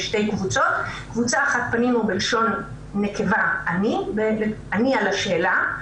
כלומר לשתי קבוצות: לקבוצה אחת פנינו בלשון נקבה "עני על השאלה",